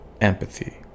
empathy